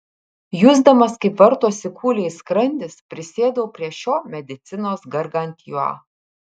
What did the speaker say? jusdamas kaip vartosi kūliais skrandis prisėdau prie šio medicinos gargantiua